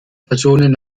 personen